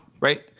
right